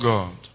God